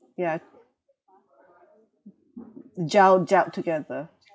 ya gel gelled together